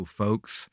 folks